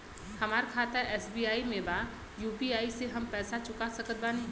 हमारा खाता एस.बी.आई में बा यू.पी.आई से हम पैसा चुका सकत बानी?